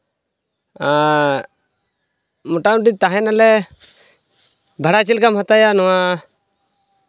ᱢᱳᱴᱟᱢᱩᱴᱤ ᱛᱟᱦᱮᱱᱟᱞᱮ ᱵᱷᱟᱲᱟ ᱪᱮᱫ ᱞᱮᱠᱟᱢ ᱦᱟᱛᱟᱣᱟ ᱱᱚᱶᱟ